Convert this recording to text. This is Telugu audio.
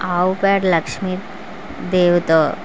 ఆవు పేడ లక్ష్మి దేవితో